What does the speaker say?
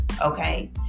Okay